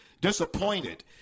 disappointed